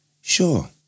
Sure